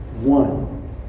One